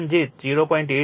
તેથી cos ∅1 જે 0